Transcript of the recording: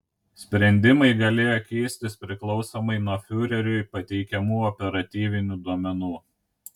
sprendimai galėjo keistis priklausomai nuo fiureriui pateikiamų operatyvinių duomenų